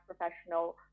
professional